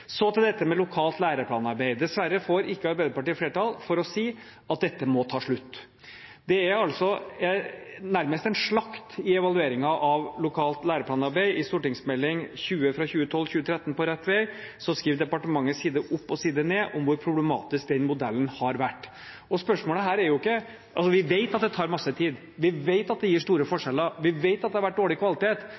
Så til dette med lokalt læreplanarbeid: Dessverre får ikke Arbeiderpartiet flertall for å si at dette må ta slutt. Det er nærmest en slakt i evalueringen av lokalt læreplanarbeid. I Meld. St. 20 for 2012–2013, På rett vei, skriver departementet side opp og side ned om hvor problematisk den modellen har vært. Vi vet at det tar masse tid, vi vet at det gir store forskjeller, vi vet at det har vært dårlig kvalitet.